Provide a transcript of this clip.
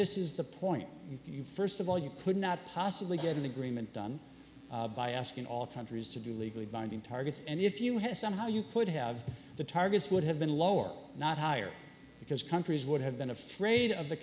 misses the point you first of all you could not possibly get an agreement done by asking all countries to do legally binding targets and if you had somehow you could have the targets would have been lower not higher because countries would have been afraid of the